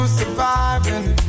surviving